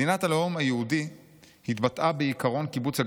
מדינת הלאום היהודי התבטאה בעקרון קיבוץ הגלויות,